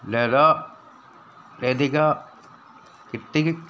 ലത ലതിക കിട്ടി